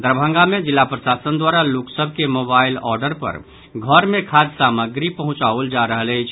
दरभंगा मे जिला प्रशासन द्वारा लोक सभ के मोबाईल ऑर्डर पर घर मे खाद्य सामग्री पहुंचाओल जा रहल अछि